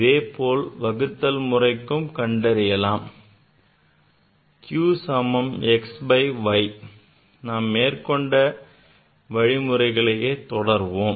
இதேபோல் வகுத்தல் முறைக்கும் கண்டறிந்தார் q சமம் x by y நாம் மேற்கண்ட வழிமுறைகளை தொடர்வோம்